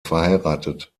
verheiratet